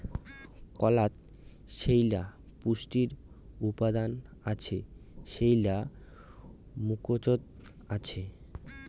কলাত যেইলা পুষ্টি উপাদান আছে সেইলা মুকোচত আছে